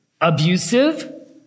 abusive